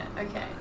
Okay